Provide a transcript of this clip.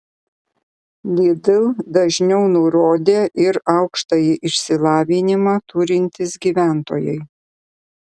lidl dažniau nurodė ir aukštąjį išsilavinimą turintys gyventojai